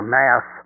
mass